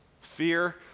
Fear